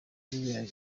ririya